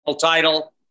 title